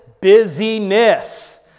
busyness